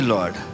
Lord